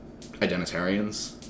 identitarians